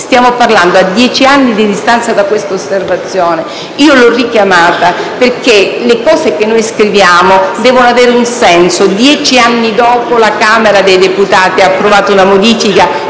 Stiamo parlando a vent'anni di distanza da questa osservazione, e l'ho richiamata perché le cose che scriviamo devono avere un senso. Esattamente vent'anni dopo la Camera dei deputati ha approvato una modifica